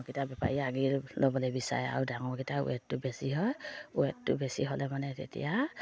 ডাঙৰকেইটা বেপাৰীয়ে আগেই ল'বলৈ বিচাৰে আৰু ডাঙৰকেইটা ৱেটটো বেছি হয় ৱেটটো বেছি হ'লে মানে তেতিয়া